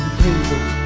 people